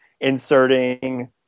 inserting